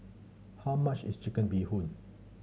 how much is Chicken Bee Hoon